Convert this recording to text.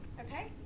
Okay